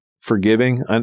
forgiving